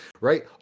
right